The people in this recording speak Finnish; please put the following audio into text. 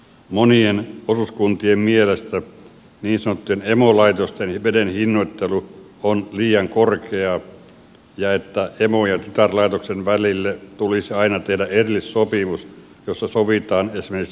monien osuuskuntien mielestä niin sanottujen emolaitosten veden hinnoittelu on liian korkeaa ja emo ja tytärlaitoksen välille tulisi aina tehdä erillissopimus jossa sovitaan esimerkiksi hinnoittelun perusteista